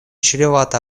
чревато